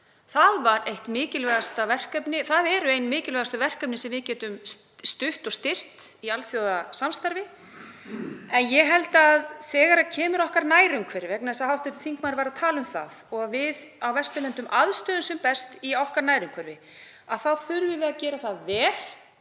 var í ríkisstjórn hv. þingmanns. Það er eitt mikilvægasta verkefnið sem við getum stutt og styrkt í alþjóðasamstarfi en ég held að þegar kemur að okkar nærumhverfi, vegna þess að hv. þingmaður var að tala um það og að við á Vesturlöndum aðstoðum sem best í okkar nærumhverfi, þá þurfum við að gera það vel